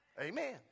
Amen